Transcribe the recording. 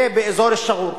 ובאזור שגור,